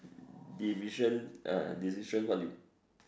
decision uh decision what you